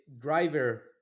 driver